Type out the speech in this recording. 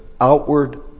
outward